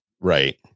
right